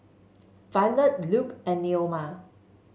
Violette Luke and Neoma